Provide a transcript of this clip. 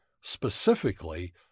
specifically